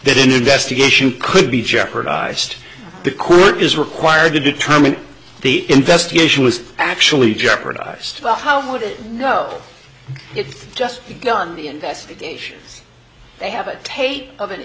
that investigation could be jeopardized the court is required to determine the investigation was actually jeopardised about how would it know if just begun the investigation they have a tape of an